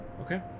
okay